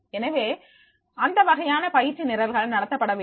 எனவே அந்த வகையான பயிற்சி நிரல்கள் நடத்தப்பட வேண்டும்